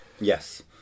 yes